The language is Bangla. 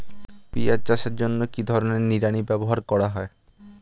পিঁয়াজ চাষের জন্য কি ধরনের নিড়ানি ব্যবহার করা হয়?